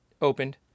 opened